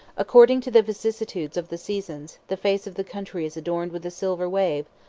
according to the vicissitudes of the seasons, the face of the country is adorned with a silver wave,